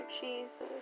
Jesus